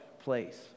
place